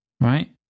Right